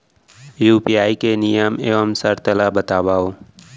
UPI के नियम एवं शर्त ला बतावव